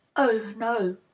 oh, no.